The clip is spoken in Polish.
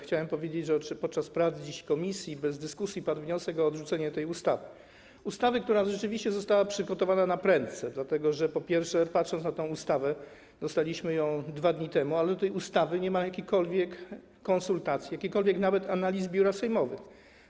Chciałem powiedzieć, że podczas prac dziś w komisji bez dyskusji padł wniosek o odrzucenie tej ustawy, ustawy, która rzeczywiście została przygotowana naprędce, dlatego że, po pierwsze, patrząc na tę ustawę, dostaliśmy ją 2 dni temu, po drugie, do tej ustawy nie ma jakichkolwiek konsultacji, jakiejkolwiek nawet analizy Biura Analiz Sejmowych.